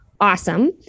awesome